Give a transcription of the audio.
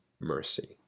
mercy